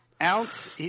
ounce